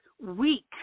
weak